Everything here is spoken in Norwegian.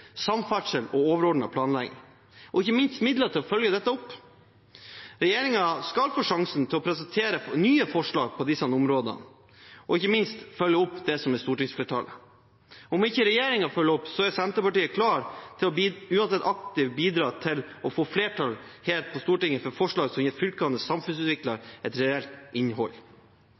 samferdsel og overordnet planlegging og ikke minst midler til å følge dette opp. Regjeringen skal få sjansen til å presentere nye forslag på disse områdene og ikke minst følge opp det som er stortingsflertallet. Om ikke regjeringen følger opp, er Senterpartiet uansett klar til å bidra aktivt til å få flertall her på Stortinget for forslag som gir fylkenes samfunnsutvikling et reelt innhold.